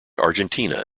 argentina